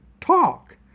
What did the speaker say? talk